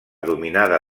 dominada